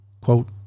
quote